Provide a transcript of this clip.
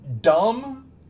dumb